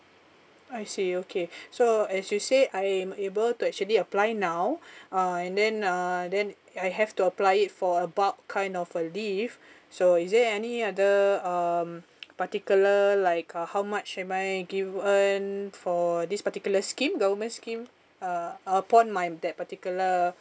I see okay so as you say I'm able to actually apply now uh and then uh then I have to apply it for about kind of a leave so is there any other um particular like uh how much am I given for this particular scheme government scheme uh upon my that particular